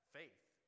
faith